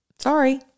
Sorry